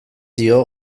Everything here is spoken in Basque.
dio